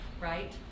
right